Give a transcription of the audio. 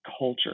culture